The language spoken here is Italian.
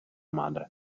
madre